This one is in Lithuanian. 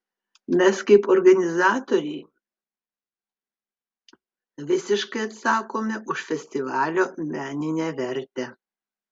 mes kaip organizatoriai visiškai atsakome už festivalio meninę vertę